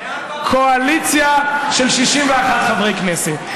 קואליציה של 61 חברי כנסת.